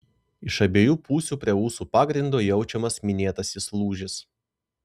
iš abiejų pusių prie ūsų pagrindo jaučiamas minėtasis lūžis